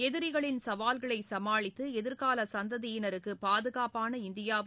எதிரிகளின் சவால்களை சமாளித்து எதிர்கால சந்ததியினருக்கு பாதுகாப்பான இந்தியாவை